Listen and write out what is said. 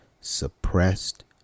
suppressed